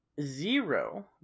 Zero